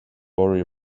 worry